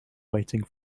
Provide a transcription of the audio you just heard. waiting